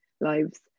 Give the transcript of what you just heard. lives